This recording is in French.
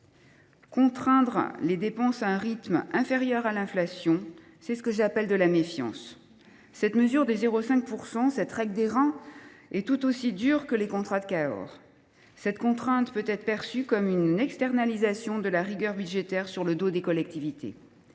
Contraindre les dépenses à un rythme inférieur à celui de l’inflation, c’est ce que j’appelle de la méfiance. La mesure des 0,5 %, cette règle d’airain, est tout aussi dure que les contrats de Cahors. Elle peut être perçue comme une externalisation de la rigueur budgétaire sur le dos des collectivités,